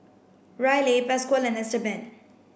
Ryleigh Pasquale and Esteban